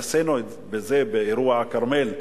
התנסינו בזה באירוע הכרמל,